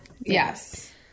yes